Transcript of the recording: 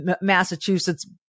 Massachusetts